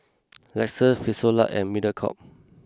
Lexus Frisolac and Mediacorp